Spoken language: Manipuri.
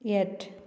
ꯌꯦꯠ